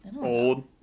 old